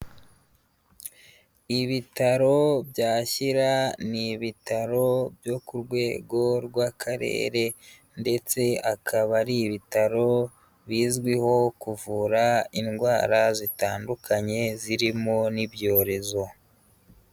Ibitaro bya Shyira ni ibitaro byo ku rwego rw'Akarere ndetse akaba ari ibitaro bizwiho kuvura indwara zitandukanye zirimo n'ibyorezo.